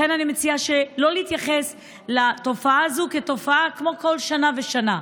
לכן אני מציעה לא להתייחס לתופעה הזו כמו בכל שנה בשנה.